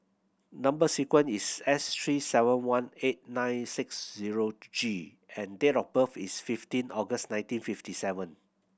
number sequence is S three seven one eight nine six zero G and date of birth is fifteen August nineteen fifty seven